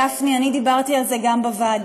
גפני, אני דיברתי על זה גם בוועדה.